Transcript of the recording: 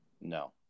No